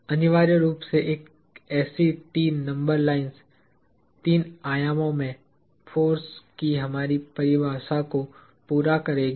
तो अनिवार्य रूप से ऐसी तीन नंबर लाइन्स तीन आयामों में फोर्स की हमारी परिभाषा को पूरा करेंगी